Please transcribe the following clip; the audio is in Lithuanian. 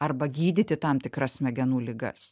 arba gydyti tam tikras smegenų ligas